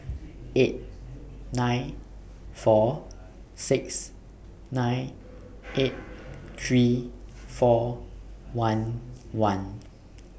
eight nine four six nine eight three four one one